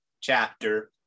chapter